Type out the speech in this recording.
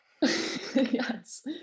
yes